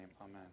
amen